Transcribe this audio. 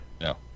No